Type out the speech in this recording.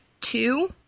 Two